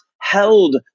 held